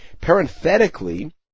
Parenthetically